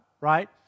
right